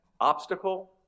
Obstacle